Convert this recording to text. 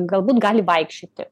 galbūt gali vaikščioti